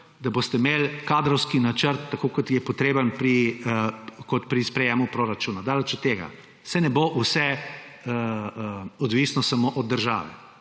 da boste imeli kadrovski načrt, tako kot je potreben kot pri sprejemu proračuna, daleč od tega. Saj ne bo vse odvisno samo od države.